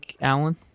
Alan